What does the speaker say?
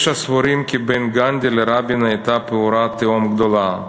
יש הסבורים כי בין גנדי לרבין הייתה פעורה תהום גדולה,